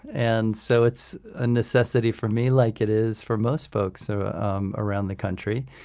and so it's a necessity for me like it is for most folks so um around the country.